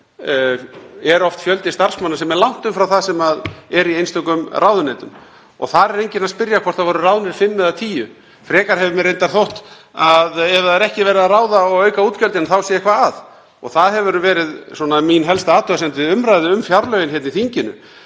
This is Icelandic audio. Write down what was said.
er oft fjöldi starfsmanna sem er langt umfram það sem er í einstökum ráðuneytum og þar er enginn að spyrja hvort það voru ráðnir fimm eða tíu. Frekar hefur mér reyndar þótt að ef ekki er verið að ráða og auka útgjöldin þá sé eitthvað að. Og það hefur verið mín helsta athugasemd við umræðu um fjárlögin hér í þinginu,